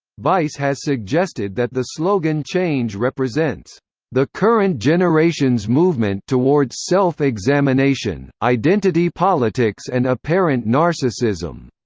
vice has suggested that the slogan change represents the current generation's movement towards self-examination, identity politics and apparent narcissism.